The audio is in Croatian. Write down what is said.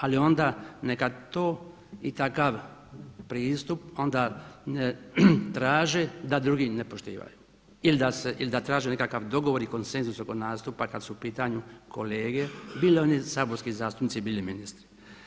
Ali onda neka to i takav pristup onda traže da drugi ne poštivaju ili da traže nekakav dogovor i konsenzus oko nastupa kad su u pitanju kolege bili oni saborski zastupnici, bili ministri.